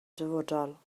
dyfodol